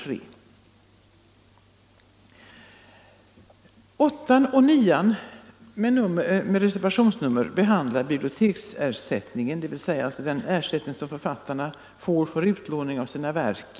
Reservationerna 8 och 9 behandlar biblioteksersättningen, dvs. den ersättning som författarna får för utlåning av sina verk.